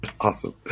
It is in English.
Awesome